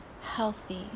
healthy